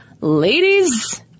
ladies